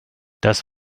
das